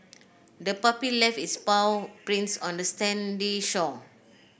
the puppy left its paw prints on the sandy shore